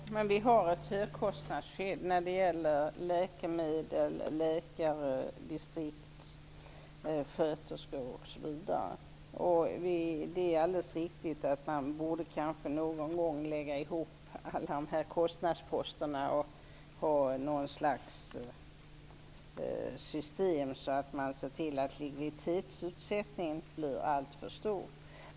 Fru talman! Vi har ett högkostnadsskydd när det gäller kostnader för läkemedel, läkare, distriktssköterska osv. Det är riktigt att man kanske någon gång borde lägga ihop alla dessa kostnadsposter i något slags system för att se till att likviditetsutsättningen inte blir alltför stor.